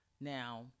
Now